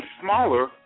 smaller